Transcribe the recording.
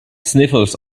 sniffles